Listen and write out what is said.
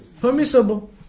permissible